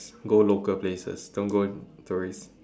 go local places don't go tourist